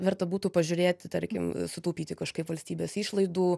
verta būtų pažiūrėti tarkim sutaupyti kažkaip valstybės išlaidų